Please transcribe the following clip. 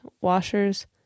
washers